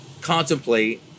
contemplate